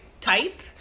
type